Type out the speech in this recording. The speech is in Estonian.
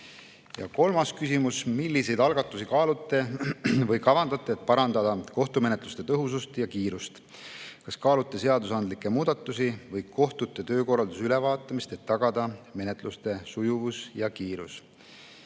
kolmas küsimus: "Milliseid algatusi kaalute või kavandate, et parandada kohtumenetluste tõhusust ja kiirust. Kas kaalute seadusandlikke muudatusi või kohtute töökorralduse ülevaatamist, et tagada menetluste sujuvus ja kiirus?"